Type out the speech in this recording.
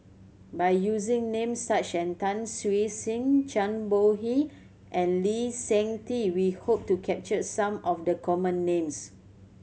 by using names such as Tan Siew Sin Zhang Bohe and Lee Seng Tee we hope to capture some of the common names